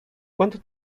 quanto